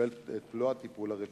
קיבל את מלוא הטיפול הרפואי.